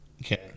Okay